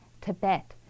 Tibet